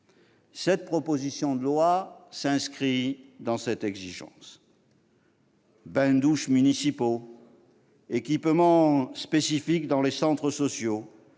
Cette proposition de loi s'inscrit dans cette exigence. Bains douches municipaux, équipements spécifiques dans les centres sociaux